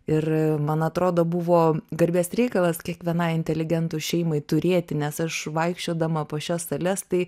ir man atrodo buvo garbės reikalas kiekvienai inteligentų šeimai turėti nes aš vaikščiodama po šias sales tai